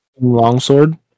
Longsword